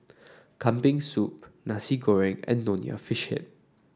Kambing Soup Nasi Goreng and Nonya Fish Head